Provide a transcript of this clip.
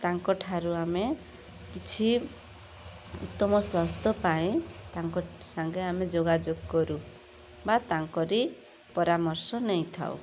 ତାଙ୍କଠାରୁ ଆମେ କିଛି ଉତ୍ତମ ସ୍ୱାସ୍ଥ୍ୟ ପାଇଁ ତାଙ୍କ ସାଙ୍ଗେ ଆମେ ଯୋଗାଯୋଗ କରୁ ବା ତାଙ୍କରି ପରାମର୍ଶ ନେଇଥାଉ